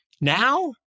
Now